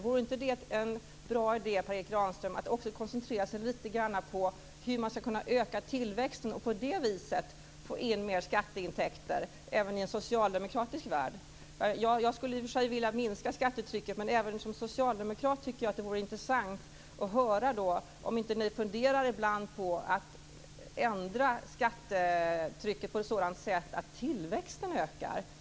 Vore inte det en bra idé, Per Erik granström, att också koncentrera sig på hur man ska kunna öka tillväxten och på det viset få in mer skatteintäkter även i en socialdemokratisk värld? Jag skulle i och för sig vilja minska skattetrycket, men jag tycker att det vore intressant att höra om ni inte funderar ibland över att ändra skattetrycket på ett sådant sätt att tillväxten ökar.